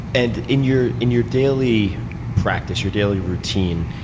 and, in your in your daily practice, your daily routine,